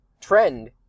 trend